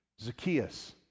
Zacchaeus